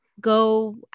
go